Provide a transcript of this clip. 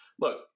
look